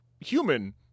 human